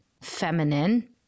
feminine